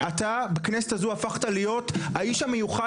אתה בכנסת הזו הפכת להיות האיש המיוחד